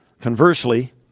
conversely